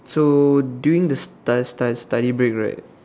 so during the study study study break right